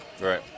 right